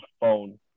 phone